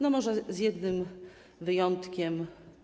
No może z jednym wyjątkiem.